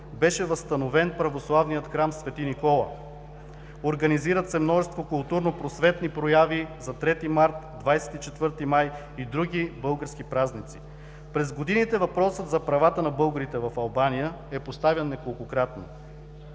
беше възстановен православният храм „Св. Никола“. Организират се множество културно-просветни прояви за 3 март, 24 май и други български празници. През годините въпросът за правата на българите в Албания е поставян неколкократно